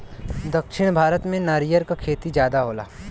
दक्षिण भारत में नरियर क खेती जादा होला